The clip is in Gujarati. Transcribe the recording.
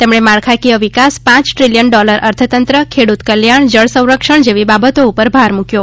તેમણે માળખાંકિય વિકાસ પાંચ ટ્રીલિયન ડોલર અર્થતંત્ર ખેડૂત કલ્યાણ જળસંરક્ષણ જેવી બાબતો પર ભાર મૂક્યો